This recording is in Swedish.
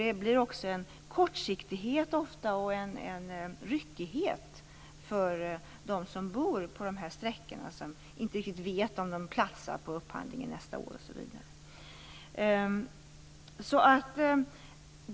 Det blir ofta en kortsiktighet och en ryckighet för dem som bor på de här sträckorna, som inte riktigt vet om de platsar för upphandling nästa år.